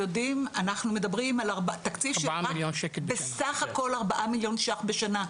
אנחנו מדברים על בסך הכל 4 מיליון ₪ בשנה,